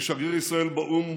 כשגריר ישראל באו"ם,